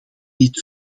dit